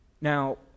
Now